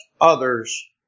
others